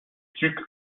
stucs